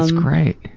great.